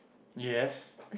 yes